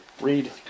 Read